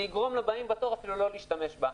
זה יגרום לבאים בתור לא להשתמש בזה.